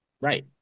Right